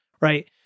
right